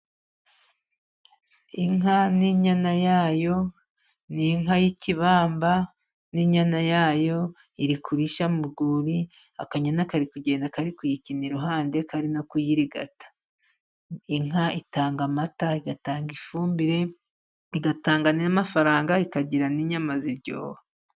Inka n'inyana yayo, ni inka y'ikibamba n'inyana yayo iri kurisha mu rwuri. Akanyana kari kugenda kari kuyikinira iruhande kari no kuyirigata. Inka itanga amata, igatanga ifumbire, igatanga amafaranga, ikagira n'inyama ziryoha.